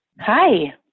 Hi